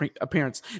appearance